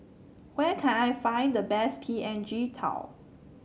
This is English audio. where can I find the best P N G tao